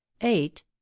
eight